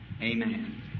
Amen